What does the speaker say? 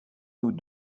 nous